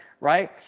Right